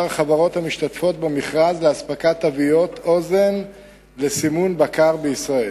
החברות המשתתפות במכרז לאספקת תוויות אוזן לסימון בקר בישראל.